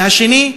והשני,